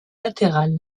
latérale